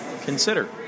consider